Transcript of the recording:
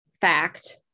fact